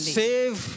save